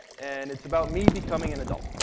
and it's about me becoming an adult.